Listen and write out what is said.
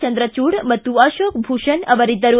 ಚಂದ್ರಚೂಡ್ ಮತ್ತು ಅಶೋಕ್ ಭೂಷಣ್ ಅವರಿದ್ದರು